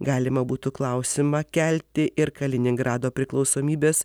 galima būtų klausimą kelti ir kaliningrado priklausomybės